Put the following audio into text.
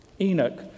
Enoch